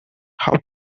how